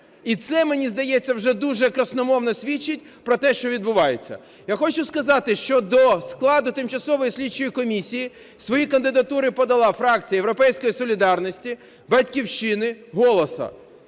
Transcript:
І це, мені здається, вже дуже красномовно свідчить про те, що відбувається. Я хочу сказати, що до складу тимчасової слідчої комісії свої кандидатури подала фракція "Європейська солідарність", "Батьківщина", "Голос".